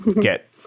get